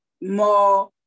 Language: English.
more